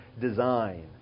design